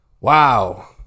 Wow